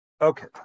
Okay